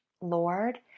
Lord